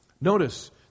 Notice